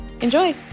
Enjoy